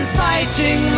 fighting